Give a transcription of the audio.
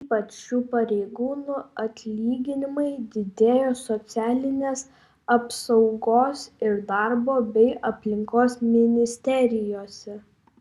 ypač šių pareigūnų atlyginimai didėjo socialinės apsaugos ir darbo bei aplinkos ministerijose